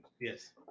Yes